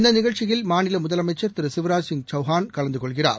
இந்த நிகழ்ச்சியில் மாநில முதலமைச்சா் திரு சிவராஜ்சிங் சௌகான் கலந்து கொள்கிறார்